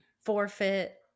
forfeit